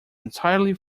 entirely